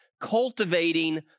cultivating